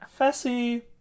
Fessy